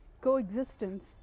coexistence